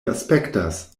aspektas